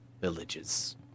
villages